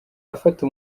afata